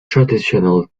traditional